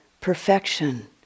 perfection